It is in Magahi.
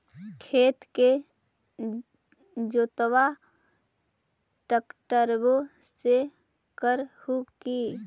खेत के जोतबा ट्रकटर्बे से कर हू की?